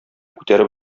күтәреп